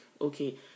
okay